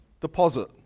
deposit